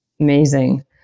Amazing